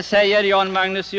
Där säger Jan-Magnus